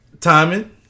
timing